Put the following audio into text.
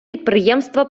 підприємства